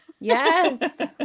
Yes